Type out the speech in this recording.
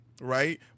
right